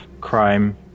crime